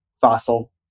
fossil